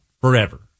forever